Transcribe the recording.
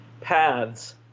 paths